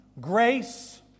grace